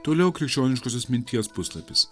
toliau krikščioniškosios minties puslapis